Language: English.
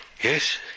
Yes